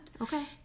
Okay